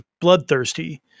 bloodthirsty